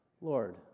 Lord